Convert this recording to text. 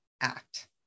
act